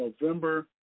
November